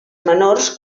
menors